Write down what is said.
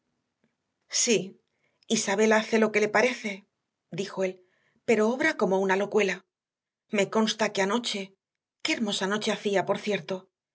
sí isabel hace lo que le parece dijo él pero obra como una locuela me consta que anoche qué hermosa noche hacía por cierto estuvo paseando con heathcliff por